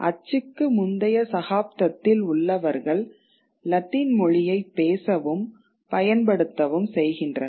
அச்சுக்கு முந்தைய சகாப்தத்தில் உள்ளவர்கள் லத்தீன் மொழியைப் பேசவும் பயன்படுத்தவும் செய்கின்றனர்